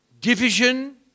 Division